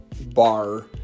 Bar